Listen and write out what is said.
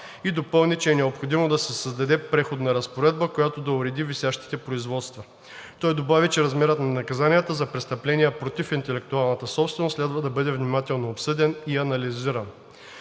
и допълни, че е необходимо да се създаде преходна разпоредба, която да уреди висящите производства. Той добави, че размерът на наказанията за престъпления против интелектуалната собственост следва да бъде внимателно обсъден и анализиран.